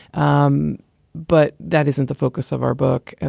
um but that isn't the focus of our book. and